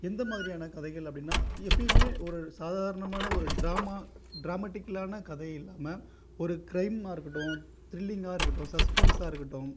எந்த மாதிரியான கதைகள் அப்படின்னால் எப்பயுமே ஒரு சாதாரணமான ஒரு டிராமா டிராமெடிக்கலான கதை எழுதாமல் ஒரு க்ரைமாக இருக்கட்டும் திரில்லிங்காக இருக்கட்டும் சஸ்பென்ஸாக இருக்கட்டும்